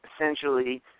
essentially